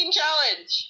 challenge